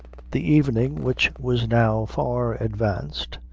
the evening, which was now far advanced,